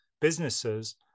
businesses